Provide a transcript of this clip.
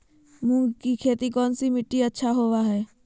मूंग की खेती कौन सी मिट्टी अच्छा होबो हाय?